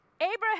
Abraham